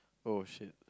oh shit